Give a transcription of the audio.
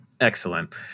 Excellent